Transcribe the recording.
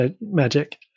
magic